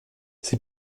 sie